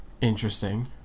Interesting